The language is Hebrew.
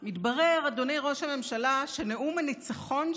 מתברר, אדוני ראש הממשלה, שנאום הניצחון שלך,